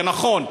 זה נכון,